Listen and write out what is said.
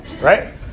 Right